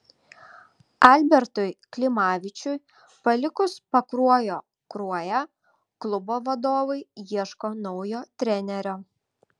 albertui klimavičiui palikus pakruojo kruoją klubo vadovai ieško naujo trenerio